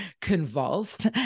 convulsed